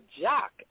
Jock